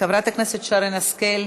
חברת הכנסת שרן השכל,